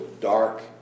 dark